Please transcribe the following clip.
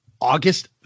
August